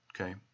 Okay